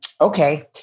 Okay